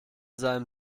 seinem